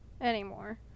anymore